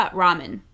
ramen